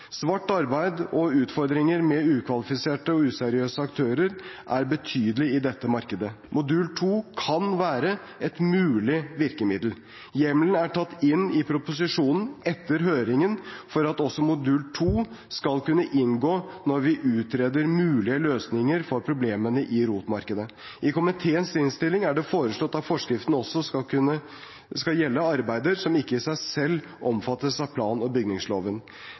Svart arbeid og utfordringer med ukvalifiserte og useriøse aktører er betydelig i dette markedet. Modul 2 kan være et mulig virkemiddel. Hjemmelen er tatt inn i proposisjonen etter høringen for at også modul 2 skal kunne inngå når vi utreder mulige løsninger for problemene i ROT-markedet. I komiteens innstilling er det foreslått at forskriftene også skal gjelde arbeider som ikke i seg selv omfattes av plan- og bygningsloven.